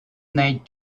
nate